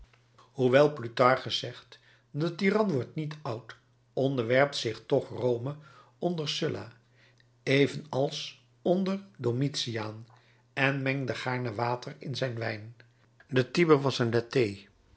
hoewel plutarchus zegt de tyran wordt niet oud onderwerpt zich toch rome onder sulla evenals onder domitiaan en mengde gaarne water in zijn wijn de tiber was een